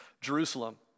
Jerusalem